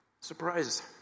Surprise